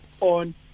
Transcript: on